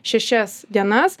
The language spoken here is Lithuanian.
šešias dienas